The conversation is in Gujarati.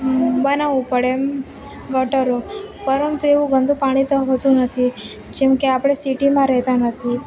બનાવું પડે એમ ગટરો પરંતુ એવું ગંદુ પાણી તો હોતું નથી જેમકે આપણે સિટીમાં રહેતા નથી